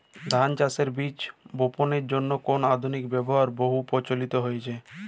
ধান চাষের বীজ বাপনের জন্য কোন আধুনিক যন্ত্রের ব্যাবহার বহু প্রচলিত হয়েছে?